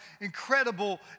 incredible